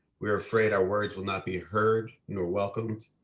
we're afraid, our words will not be heard nor welcomed,